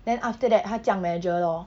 then after that 他这样 measure lor